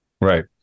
right